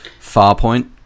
Farpoint